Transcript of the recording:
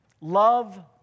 Love